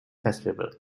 festival